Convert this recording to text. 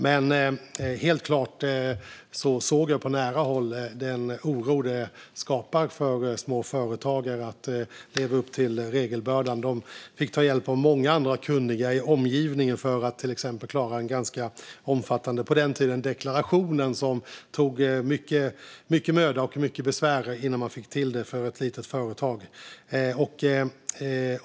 Jag såg helt klart på nära håll den oro det skapar för småföretagare att leva upp till regelbördan. De fick ta hjälp av många andra kunniga i omgivningen för att till exempel klara en på den tiden ganska omfattande deklaration. Det tog mycket möda och besvär innan man fick till det för ett litet företag.